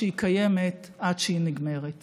שזה גם היחס של התקשורת הישראלית כלפי הנושא הזה.